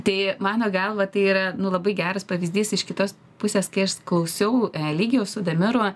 tai mano galva tai yra nu labai geras pavyzdys iš kitos pusės kai aš klausiau eligijaus su damiru